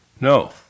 No